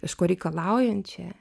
kažko reikalaujančią